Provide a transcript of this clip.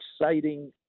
exciting